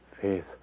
Faith